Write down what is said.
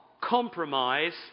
compromise